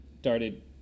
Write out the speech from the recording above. started